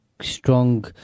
strong